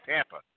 Tampa